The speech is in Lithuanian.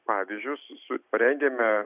pavyzdžius su prengėme